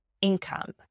income